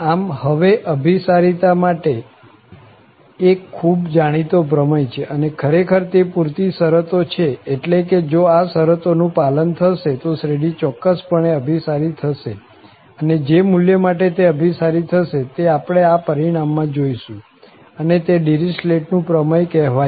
આમ હવે અભીસારિતા માટે એક ખૂબ જાણીતો પ્રમેય છે અને ખરેખર તે પુરતી શરતો છે એટલે કે જો આ શરતો નું પાલન થશે તો શ્રેઢી ચોક્કસપણે અભિસારી થશે અને જે મુલ્ય માટે તે અભિસારી થશે તે આપણે આ પરિણામ માં જોઈશું અને તે ડીરીચલેટ નું પ્રમેય કહેવાય છે